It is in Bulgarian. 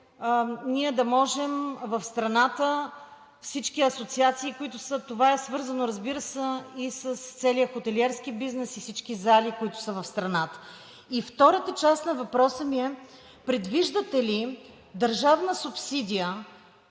ние да можем – всички асоциации, които са в страната, а това е свързано, разбира се, с целия хотелиерски бизнес и с всички зали, които са в страната? Втората част на въпроса ми е: предвиждате ли държавна субсидия